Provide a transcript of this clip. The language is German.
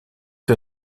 wir